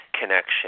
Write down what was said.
connection